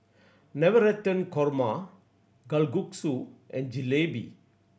Navratan Korma Kalguksu and Jalebi